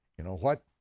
you know what?